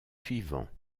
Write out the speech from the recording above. suivants